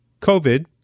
COVID